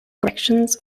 corrections